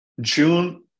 June